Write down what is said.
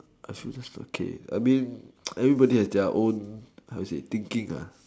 I feel that's okay I mean everybody has their own how to say thinking lah